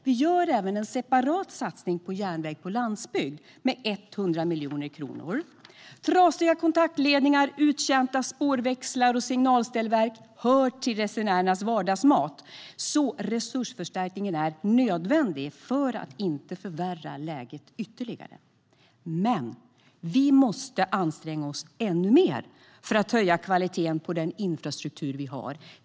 Vi gör även en separat satsning på järnväg i landsbygd med 100 miljoner kronor. Trasiga kontaktledningar, uttjänta spårväxlar och signalställverk hör till resenärernas vardagsmat, så resursförstärkningen är nödvändig för att inte förvärra läget ytterligare. Men vi måste anstränga oss ännu mer för att höja kvaliteten på den infrastruktur vi har.